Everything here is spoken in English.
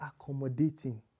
accommodating